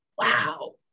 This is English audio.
wow